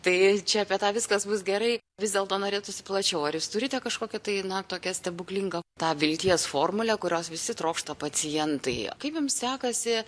tai čia apie tą viskas bus gerai vis dėlto norėtųsi plačiau ar jūs turite kažkokią tai na tokią stebuklingą tą vilties formulę kurios visi trokšta pacientai kaip jums sekasi